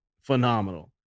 phenomenal